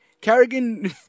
Kerrigan